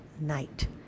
night